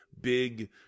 big